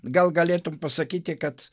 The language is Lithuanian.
gal galėtum pasakyti kad